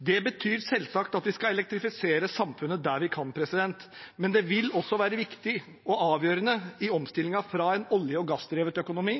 Det betyr selvsagt at vi skal elektrifisere samfunnet der vi kan, men det vil også være viktig og avgjørende i omstillingen fra en olje- og gassdrevet økonomi